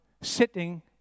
sitting